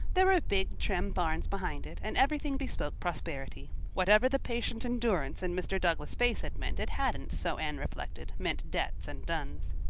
there were big, trim barns behind it, and everything bespoke prosperity. whatever the patient endurance in mr. douglas' face had meant it hadn't, so anne reflected, meant debts and duns.